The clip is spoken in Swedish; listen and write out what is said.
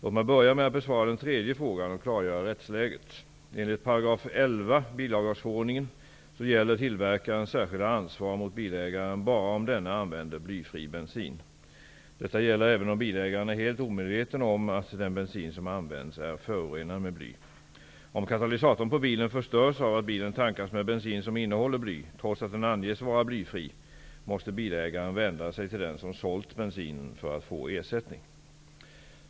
Låt mig börja med att besvara den tredje frågan och klargöra rättsläget. Enligt 11 § bilavgasförordningen gäller tillverkarens särskilda ansvar mot bilägaren bara om denne använder blyfri bensin. Detta gäller även om bilägaren är helt omedveten om att den bensin som används är förorenad med bly. Om katalysatorn på bilen förstörs av att bilen tankas med bensin som innehåller bly, trots att den anges vara blyfri, måste bilägaren vända sig till den som sålt bensinen för att få ersättning.